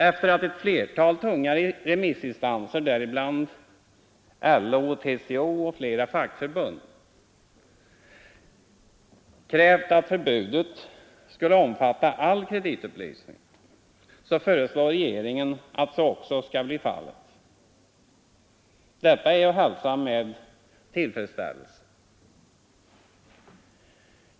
Efter att ett flertal tunga remissinstanser, däribland LO, TCO och flera fackförbund, krävt att förbudet skulle omfatta all kreditupplysning, föreslår nu regeringen att så också skall bli fallet. Detta är att hälsa med tillfredsställelse.